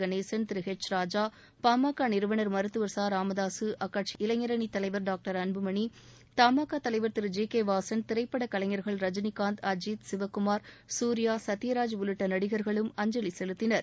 Ganesan Thiru H Raja பாமக நிறுவனர் மருத்துவர் ச ராமதாக அக்கட்சியின் இளைஞரணி தலைவர் டாக்டர் அன்புமணி தமாகா தலைவர் திரு ஜி கே வாசன் திரைப்பட கலைஞர்கள் ரஜினிகாந்த் அஜித் சிவக்குமார் சூர்யா சத்தியராஜ் உள்ளிட்ட நடிகர்களும் அஞ்சலி செலுத்தினர்